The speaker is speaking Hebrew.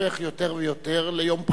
הופך יותר ויותר ליום בחירה.